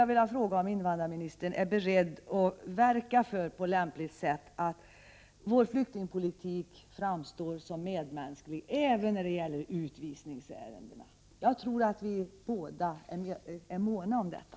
Jag vill fråga om invandrarministern är beredd att på lämpligt sätt verka för att vår flyktingpolitik framstår som medmänsklig även när det gäller utvisningsärendena. Jag tror att både invandrarministern och jag är måna om detta.